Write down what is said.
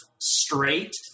straight